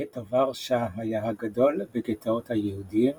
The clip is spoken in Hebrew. גטו ורשה היה הגדול בגטאות היהודיים